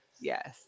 Yes